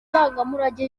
ndangamurage